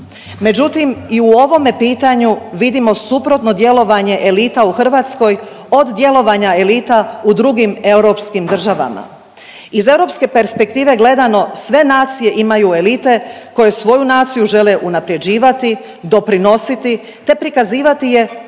Međutim i u ovome pitanju vidimo suprotno djelovanje elita u Hrvatskoj od djelovanja elita u drugim europskim državama. Iz europske perspektive gledano sve nacije imaju elite koje svoju naciju žele unaprjeđivati, doprinositi, te prikazivati je u